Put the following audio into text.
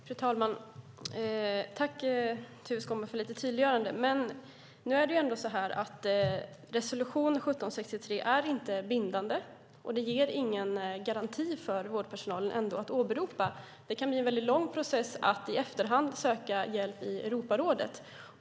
Fru talman! Jag tackar Tuve Skånberg för lite tydliggöranden. Resolution 1763 är inte bindande och ger ingen garanti för vårdpersonalen att åberopa. Det kan bli en väldigt lång process att i efterhand söka hjälp i Europarådet.